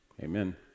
Amen